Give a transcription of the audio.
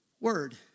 word